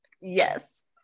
Yes